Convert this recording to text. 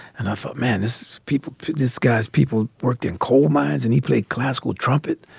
and i thought, man, is people this guy's people worked in coal mines and he played classical trumpet.